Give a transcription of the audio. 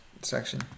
section